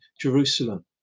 Jerusalem